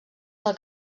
del